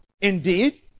indeed